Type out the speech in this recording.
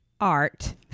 art